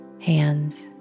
hands